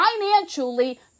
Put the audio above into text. financially